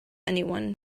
anyone